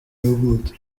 yavutse